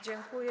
Dziękuję.